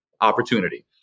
opportunity